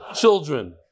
children